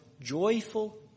joyful